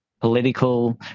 political